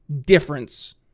difference